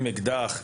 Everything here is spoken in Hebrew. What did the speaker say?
עם אקדח.